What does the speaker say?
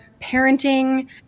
parenting